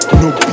no